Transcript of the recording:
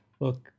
look